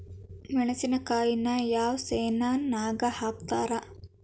ಮೆಣಸಿನಕಾಯಿನ ಯಾವ ಸೇಸನ್ ನಾಗ್ ಹಾಕ್ತಾರ?